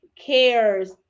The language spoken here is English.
cares